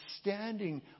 standing